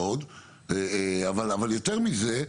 אבל יותר מזה,